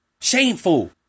Shameful